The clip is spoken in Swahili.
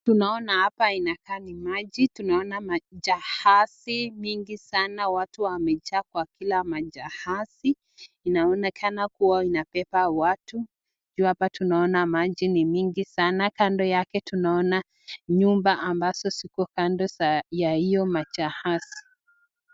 Tunaona hapa inakaa ni maji, tunaona majahazi mingi sana watu wamejaa kwa kila majahazi. Inaonekana kuwa inabeba watu, tukiwa hapa tunaona maji ni mingi sana, kando yake tunaona nyumba ambazo ziko kando ya hiyo majahazi.